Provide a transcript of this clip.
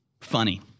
funny